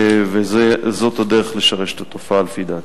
וזו הדרך לשרש את התופעה, לדעתי.